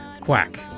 Quack